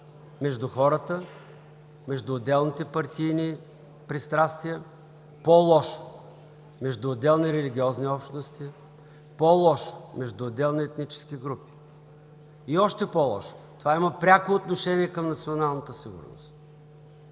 между хората, между отделните партийни пристрастия, по-лошо – между отделни религиозни общности, по-лошо – между отделни етнически групи, и още по-лошо – това има пряко отношение към националната сигурност.